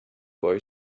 boy